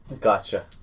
Gotcha